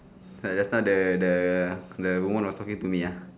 like just now the the the woman was talking to me uh